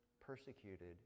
persecuted